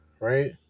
right